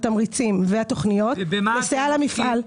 התמריצים והתכניות לסייע למפעל.